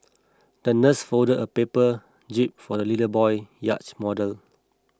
the nurse folded a paper jib for the little boy yacht model